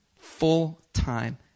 Full-time